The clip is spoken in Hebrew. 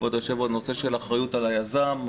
נושא האחריות על היזם,